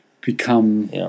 become